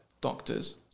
doctors